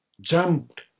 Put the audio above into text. jumped